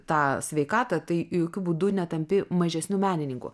tą sveikatą tai jokiu būdu netampi mažesniu menininku